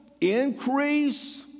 increase